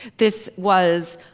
this was